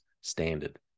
standard